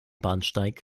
bahnsteig